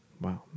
Wow